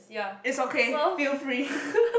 it's okay feel free